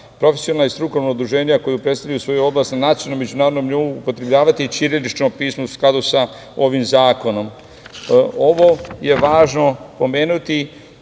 profesionalna i strukovna udruženja koji predstavljaju svoju oblast na nacionalnom i međunarodnom nivou upotrebljavati ćirilično pismo u skladu sa ovim zakonom. Ovo je važno pomenuti,